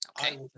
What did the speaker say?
Okay